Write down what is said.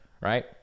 Right